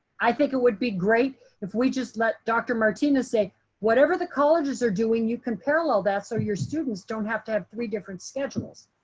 i think it would be great if we just let dr. martinez say whatever the colleges are doing, you can parallel that, so your students don't have to have three different schedules.